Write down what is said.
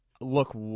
look